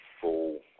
full